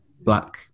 black